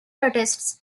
protests